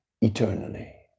eternally